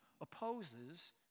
opposes